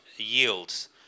Yields